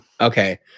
Okay